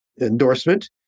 endorsement